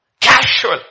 Casual